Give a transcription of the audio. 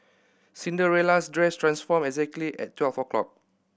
Cinderella's dress transformed exactly at twelve o' clock